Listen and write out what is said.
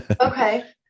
Okay